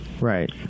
Right